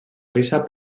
risa